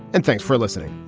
and thanks for listening